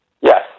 Yes